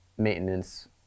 maintenance